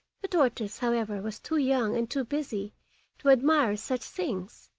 the tortoise, however, was too young and too busy to admire such things,